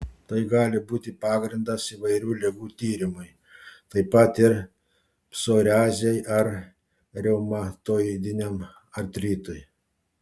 tai gali būti pagrindas įvairių ligų tyrimui taip pat ir psoriazei ar reumatoidiniam artritui